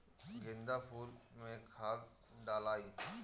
गेंदा फुल मे खाद डालाई?